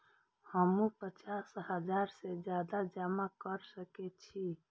हमू पचास हजार से ज्यादा जमा कर सके छी?